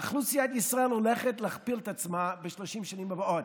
אוכלוסיית ישראל הולכת להכפיל את עצמה ב-30 השנים הבאות.